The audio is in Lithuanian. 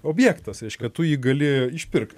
objektas reiškia tu jį gali išpirkt